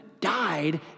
died